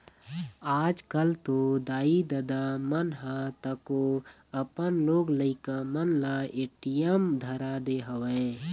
आजकल तो दाई ददा मन ह तको अपन लोग लइका मन ल ए.टी.एम धरा दे हवय